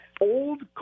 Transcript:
old